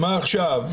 מה עכשיו?